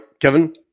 Kevin